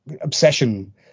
obsession